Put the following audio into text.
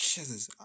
Jesus